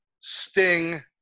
Sting